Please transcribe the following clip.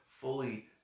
fully